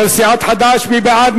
של סיעת חד"ש, מי בעד?